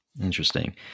Interesting